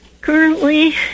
Currently